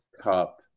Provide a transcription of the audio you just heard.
Cup